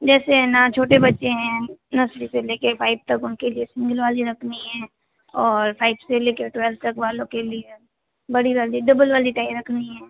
जैसे है ना छोटे बच्चे हैं नर्सरी से ले के फाइप तक उनके लिए सिंगल वाली रखनी है और फाइव से ले कर ट्वेल्व तक वालों के लिए बड़ी वाली डबल वाली टाई रखनी है